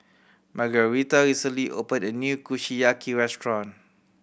Margueritta recently opened a new Kushiyaki restaurant